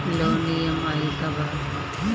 Loan EMI का बा?